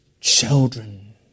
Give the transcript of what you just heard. children